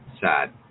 Sad